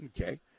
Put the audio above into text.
Okay